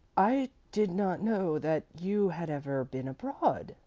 i did not know that you had ever been abroad,